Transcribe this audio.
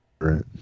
right